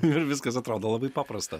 ir viskas atrodo labai paprasta